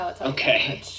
Okay